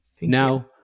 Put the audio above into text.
Now